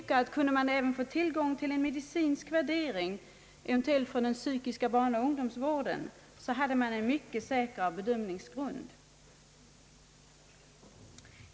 Kunde man även få tillgång till medicinska värderingar — eventuellt från den psykiska barnaoch ungdomsvården — skulle man få en mycket säkrare bedömningsgrund.